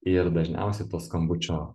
ir dažniausiai to skambučio